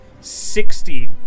Sixty